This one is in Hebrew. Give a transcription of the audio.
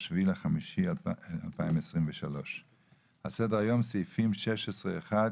7 במאי 2023. על סדר-היום סעיפים 16(1),